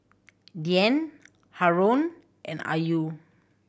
Dian Haron and Ayu